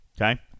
Okay